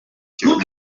kibaki